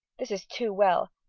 this is too well,